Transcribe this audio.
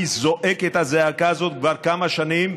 אני זועק את הזעקה הזאת כבר כמה שנים,